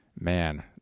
Man